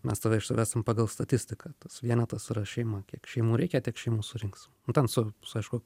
mes tave išsivesim pagal statistiką tas vienetas yra šeima kiek šeimų reikia tiek šeimų surinks ten su su aišku